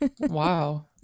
Wow